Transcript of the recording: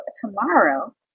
tomorrow